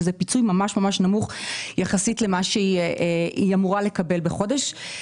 שזה פיצוי ממש-ממש נמוך יחסית למה שהיא אמורה לקבל בחודש.